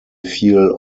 feel